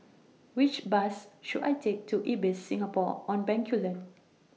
Which Bus should I Take to Ibis Singapore on Bencoolen